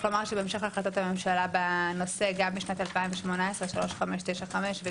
בהמשך להחלטת הממשלה בנושא גם בשנת 2018 החלטה 3595,